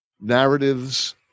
narratives